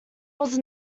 was